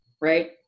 right